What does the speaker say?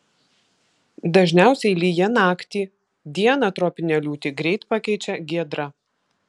dažniausiai lyja naktį dieną tropinę liūtį greit pakeičia giedra